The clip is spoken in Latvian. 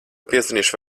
piezvanīšu